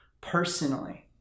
personally